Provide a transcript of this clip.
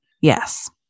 Yes